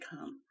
come